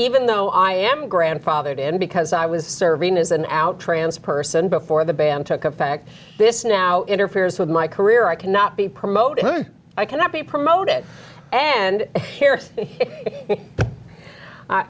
even though i am grandfathered in because i was serving as an outrageous person before the ban took effect this now interferes with my career i cannot be promoted i cannot be promoted and